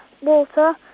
water